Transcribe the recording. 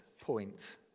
point